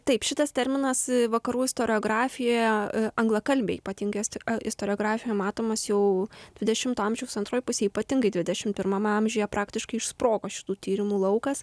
taip šitas terminas vakarų istoriografijoje anglakalbėj ypatingai ist istoriografijoj matomas jau dvidešimto amžiaus antroj pusėj ypatingai dvidešimt pirmame amžiuje praktiškai išsprogo šitų tyrimų laukas